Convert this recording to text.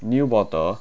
new bottle